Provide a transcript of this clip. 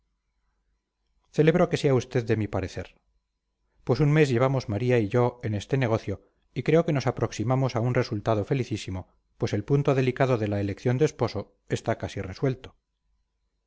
celebro que sea usted de mi parecer pues un mes llevamos maría y yo en este negocio y creo que nos aproximamos a un resultado felicísimo pues el punto delicado de la elección de esposo está casi resuelto